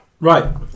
Right